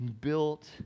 built